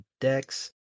decks